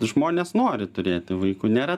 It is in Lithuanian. žmonės nori turėti vaikų nėra